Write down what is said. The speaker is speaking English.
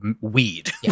weed